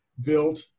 built